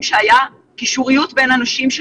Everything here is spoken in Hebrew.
יחד עם משרד החינוך,